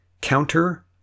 counter